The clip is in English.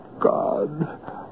God